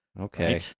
Okay